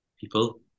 people